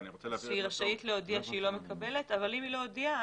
שהיא רשאית להודיע שהיא לא מקבלת אבל אם היא לא הודיעה,